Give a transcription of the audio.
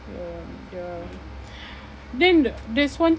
ya ya then there's one